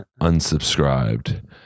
unsubscribed